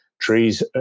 trees